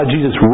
Jesus